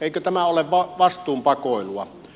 eikö tämä ole vastuun pakoilua